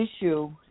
issue